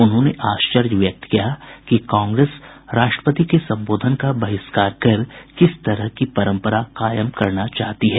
उन्होंने आश्चर्य व्यक्त किया कि कांग्रेस राष्ट्रपति के संबोधन का बहिष्कार कर किस तरह की परम्परा कायम करना चाहती है